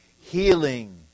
Healing